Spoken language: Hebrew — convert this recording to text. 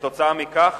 כתוצאה מכך,